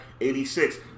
86